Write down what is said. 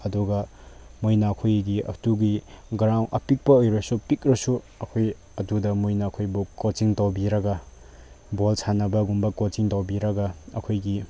ꯑꯗꯨꯒ ꯃꯣꯏꯅ ꯑꯩꯈꯣꯏꯒꯤ ꯑꯗꯨꯒꯤ ꯒ꯭ꯔꯥꯎꯟ ꯑꯄꯤꯛꯄ ꯑꯣꯏꯔꯁꯨ ꯄꯤꯛꯂꯁꯨ ꯑꯩꯈꯣꯏ ꯑꯗꯨꯗ ꯃꯣꯏꯅ ꯑꯩꯈꯣꯏꯕꯨ ꯀꯣꯆꯤꯡ ꯇꯧꯕꯤꯔꯒ ꯕꯣꯜ ꯁꯥꯟꯅꯕꯒꯨꯝꯕ ꯀꯣꯆꯤꯡ ꯇꯧꯕꯤꯔꯒ ꯑꯩꯈꯣꯏꯒꯤ